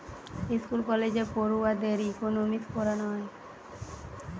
school কলেজে পড়ুয়াদের economics পোড়ানা হয়